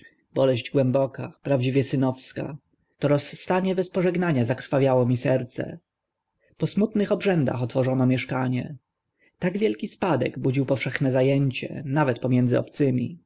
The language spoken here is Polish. boleść głęboka prawdziwie synowska to rozstanie bez pożegnania zakrwawiało mi serce po smutnych obrzędach otworzono mieszkanie tak wielki spadek budził powszechne za ęcie nawet pomiędzy obcymi